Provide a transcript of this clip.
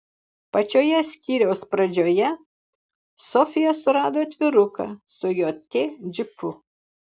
pačioje skyriaus pradžioje sofija surado atviruką su jt džipu